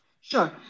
Sure